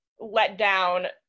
letdown –